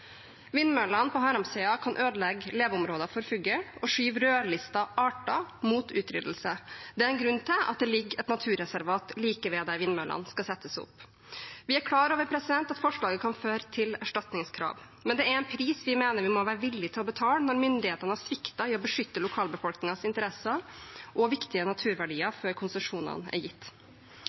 Vindmøllene på Haramsøya kan ødelegge leveområder for fugl og skyve rødlista arter mot utryddelse. Det er en grunn til at det ligger et naturreservat like ved der vindmøllene skal settes opp. Vi er klar over at forslaget kan føre til erstatningskrav, men det er en pris vi mener vi må være villig til å betale, når myndighetene har sviktet i å beskytte lokalbefolkningens interesser og viktige naturverdier før konsesjonene er gitt.